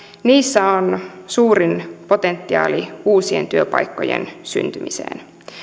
niissä on suurin potentiaali uusien työpaikkojen syntymiseen